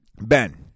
Ben